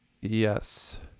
Yes